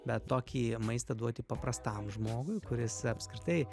bet tokį maistą duoti paprastam žmogui kuris apskritai